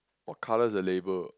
what colour is the label